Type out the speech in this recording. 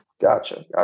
gotcha